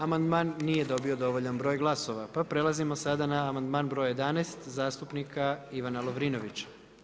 Amandman nije dobio dovoljan broj glasova, pa prelazimo sada na amandman broj 11. zastupnika Ivana Lovrinovića.